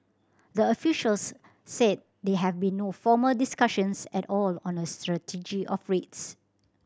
the officials said there have been no formal discussions at all on a strategy of rates